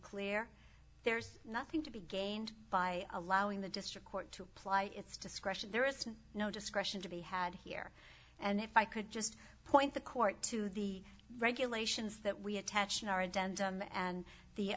clear there's nothing to be gained by allowing the district court to apply its discretion there is no discretion to be had here and if i could just point the court to the regulations that we attach and